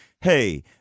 hey